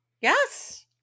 yes